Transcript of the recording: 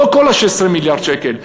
לא כל 16 מיליארד השקל,